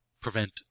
prevent